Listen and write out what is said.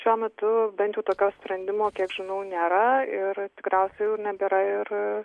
šiuo metu bent jau tokio sprendimo kiek žinau nėra ir tikriausiai jau nebėra ir